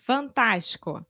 Fantástico